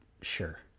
sure